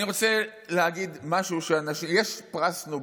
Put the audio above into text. יש פרס נובל.